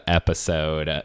episode